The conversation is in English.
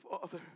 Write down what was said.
Father